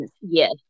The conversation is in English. Yes